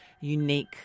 unique